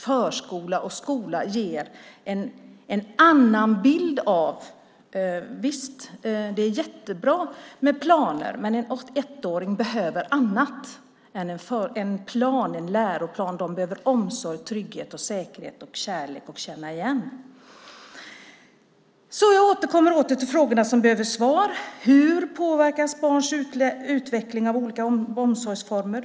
"Förskola" och "skola" ger en annan bild. Visst är det jättebra med planer, men en ettåring behöver annat än en läroplan. En ettåring behöver omsorg, trygghet, säkerhet, kärlek och igenkännande. Jag återkommer alltså till de frågor som behöver svar: Hur påverkas barns utveckling av olika omsorgsformer?